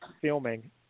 filming